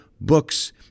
books